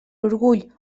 orgull